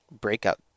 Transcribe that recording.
breakout